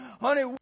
Honey